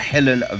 Helen